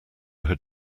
had